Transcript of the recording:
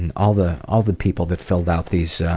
and all the all the people that filled out these